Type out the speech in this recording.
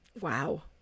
Wow